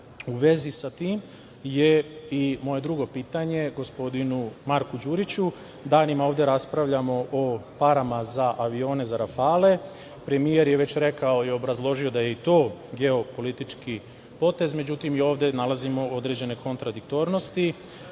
vezi sa tim je i moje drugo pitanje gospodinu Marku Đuriću. Danimo ovde raspravljamo o parama za avione za "Rafale". Premijer je već rekao i obrazložio da je i to geopolitički potez, međutim, i ovde nalazimo određene kontradiktornosti.